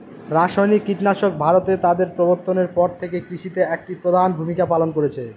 রাসায়নিক কীটনাশক ভারতে তাদের প্রবর্তনের পর থেকে কৃষিতে একটি প্রধান ভূমিকা পালন করেছে